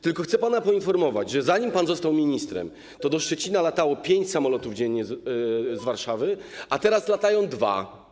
Tylko chcę pana poinformować, że zanim pan został ministrem, do Szczecina latało pięć samolotów dziennie z Warszawy, a teraz latają dwa.